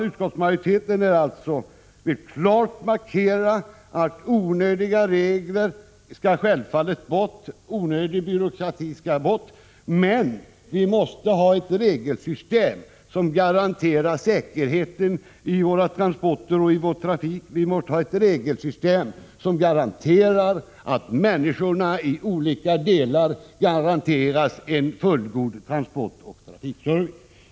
Utskottsmajoriteten vill alltså klart markera att onödiga regler och onödig byråkrati skall bort, men vi måste ha ett regelsystem som garanterar säkerheten i våra transporter och vår trafik, vi måste ha ett regelsystem som garanterar människorna i olika delar av landet en fullgod transportoch trafikservice.